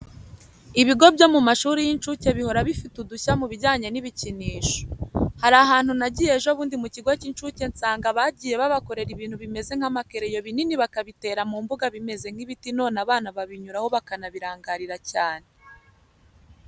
Ibigo byo mu mashuri y'inshuke bihora bifite udushya mu bijyanye n'ibikinisho. Hari ahantu nagiye ejo bundi mu kigo cy'inshuke nsanga bagiye babakorera ibintu bimeze nk'amakereyo binini bakabitera mu mbuga bimeze nk'ibiti noneho abana babinyuraho bakabirangarira cyane.